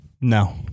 No